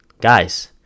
guys